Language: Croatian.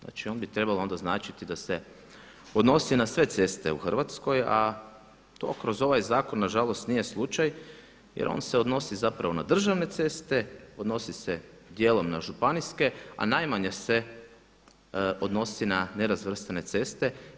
Znači on bi trebao onda značiti da se odnosi na sve ceste u Hrvatskoj a to kroz ovaj zakon nažalost nije slučaj jer on se odnosi zapravo na državne ceste, odnosi se dijelom na županijske a najmanje se odnosi na nerazvrstene ceste.